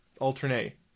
Alternate